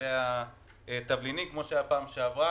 למגדלי התבלינים, כמו שהיה בפעם שעברה